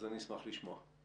אז אני אשמח לשמוע.